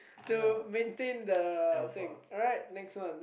to maintain the thing alright next one